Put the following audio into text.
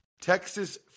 Texas